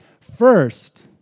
First